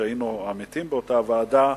כשהיינו עמיתים באותה ועדה,